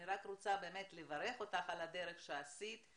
אני רוצה לברך אותך על הדרך שעשית.